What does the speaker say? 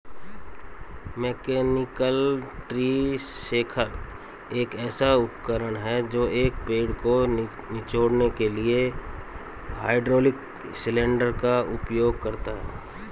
mechanical tree shaker एक ऐसा उपकरण है जो एक पेड़ को निचोड़ने के लिए हाइड्रोलिक सिलेंडर का उपयोग करता है